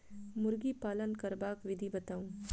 मुर्गी पालन करबाक विधि बताऊ?